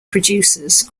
producers